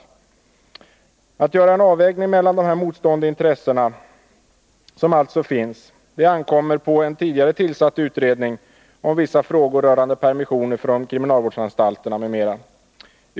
9” Att göra en avvägning mellan de här motstående intressena som alltså finns ankommer på en tidigare tillsatt utredning som behandlar vissa frågor rörande permissioner från kriminalvårdsanstalterna m.m.